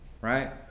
Right